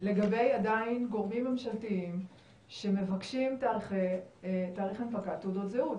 לגבי זה שעדיין יש גורמים ממשלתיים שמבקשים תאריך הנפקת תעודת זהות.